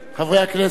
חברי הכנסת,